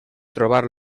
trobar